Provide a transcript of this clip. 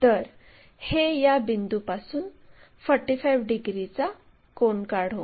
तर या बिंदूपासून 45 डिग्रीचा कोन काढू